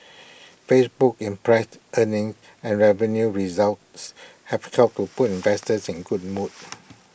Facebook's impress earnings and revenue results have helped to put investors in good mood